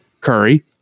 Curry